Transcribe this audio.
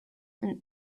and